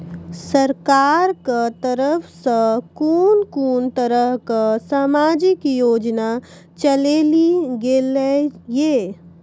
सरकारक तरफ सॅ कून कून तरहक समाजिक योजना चलेली गेलै ये?